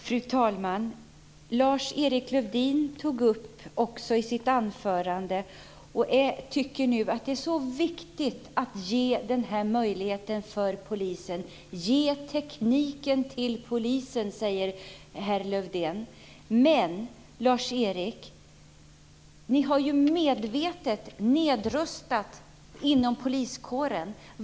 Fru talman! Lars-Erik Lövdén tycker att det är viktigt att ge polisen denna möjlighet. Ge tekniken till polisen, säger herr Lövdén. Men ni har ju medvetet nedrustat inom poliskåren.